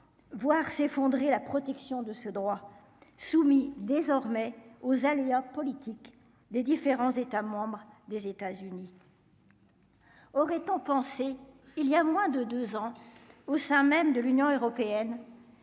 voir s'effondrer la protection de ce droit soumis désormais aux aléas politiques des différents États membres des États-Unis. Aurait-on penser il y a moins de 2 ans au sein même de l'Union européenne